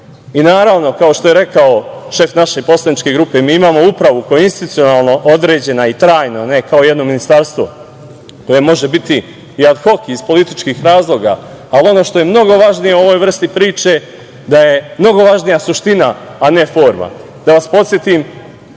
Naravno, kao što je rekao šef naše poslaničke grupe, mi imamo upravu koja je institucionalno određena trajno, ne kao jedno ministarstvo koje može biti i ad hok i iz političkih razloga, ali ono što je mnogo važnije u ovoj vrsti priče je da je mnogo važnija suština, a ne forma. Da vas podsetim,